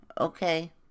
Okay